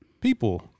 people